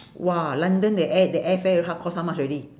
!wah! london the air the air fare ho~ cost how much already